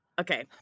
okay